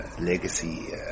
legacy